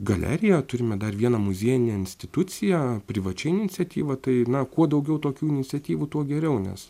galeriją turime dar vieną muziejinę instituciją privačia iniciatyva tai na kuo daugiau tokių iniciatyvų tuo geriau nes